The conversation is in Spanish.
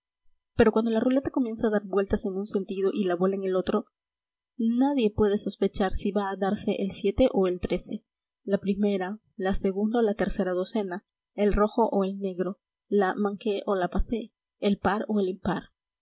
pero cuando la ruleta comienza a dar vueltas en un sentido y la bola en el otro nadie puede sospechar si va a darse el o el la primera la segunda o la tercera docena el rojo o el negro la manque o la passe el par o el impar